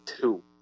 two